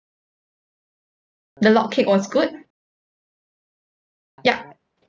the log cake was good yup